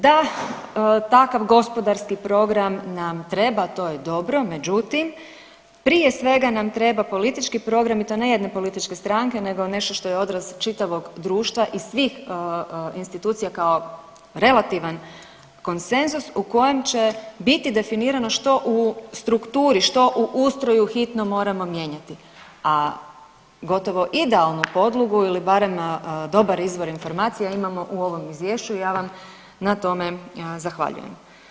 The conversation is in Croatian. Da, takav gospodarski program nam treba, to je dobro, međutim, prije svega nam treba politički program i to ne jedne političke stranke nego nešto što je odraz čitavog društva i svih institucija kao relativan konsenzus u kojem će biti definirano, što u strukturi, što u ustroju hitno moramo mijenjati, a gotovo idealnu podlogu ili barem dobar izvor informacija imamo u ovom Izvješću i ja vam na tome zahvaljujem.